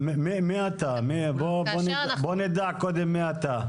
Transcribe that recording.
בוא קודם נדע מי אתה.